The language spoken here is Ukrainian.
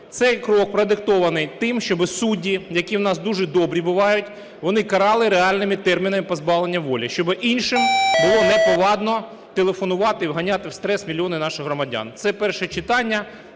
Цей крок продиктований тим, щоб судді, які в нас дуже добрі бувають, вони карали реальними термінами позбавлення волі, щоби іншим було неповадно телефонувати і вганяти в стрес мільйони наших громадян. Це перше читання,